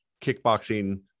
kickboxing